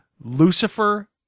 Lucifer